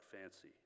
fancy